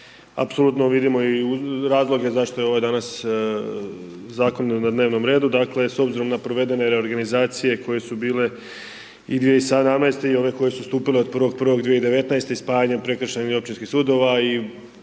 apsolutno vidimo i razloge zašto je ovo danas zakon na dnevnom redu, dakle, s obzirom na provede reorganizacije koje su bile i 2017. i ove koje su stupile od 01.01.2019. i spajanjem prekršajnih i općinskih sudova i